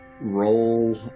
roll